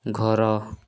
ଘର